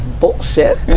bullshit